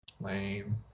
Lame